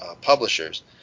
publishers